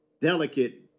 delicate